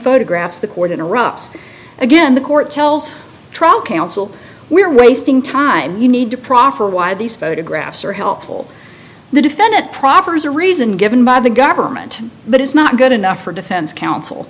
photographs the court interrupts again the court tells trial counsel we're wasting time you need to proffer why these photographs are helpful the defendant proffers a reason given by the government but is not good enough for defense counsel